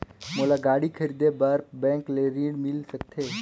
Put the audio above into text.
मोला गाड़ी खरीदे बार बैंक ले ऋण मिल सकथे?